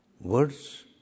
Words